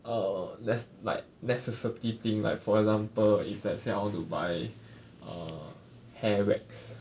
err ness~ like necessity thing like for example if let say I want to buy err hair wax